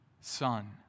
son